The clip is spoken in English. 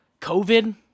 COVID